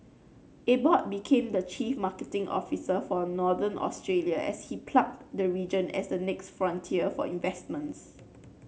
Abbott became the chief marketing officer for Northern Australia as he plugged the region as the next frontier for investments